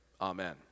Amen